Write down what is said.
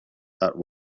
that